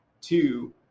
two